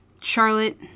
Charlotte